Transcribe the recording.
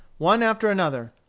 one after another,